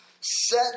set